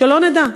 שלא נדע.